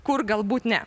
kur galbūt ne